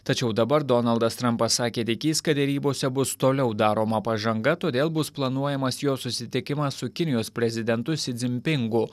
tačiau dabar donaldas trampas sakė tikįs kad derybose bus toliau daroma pažanga todėl bus planuojamas jo susitikimas su kinijos prezidentu si dzin pingu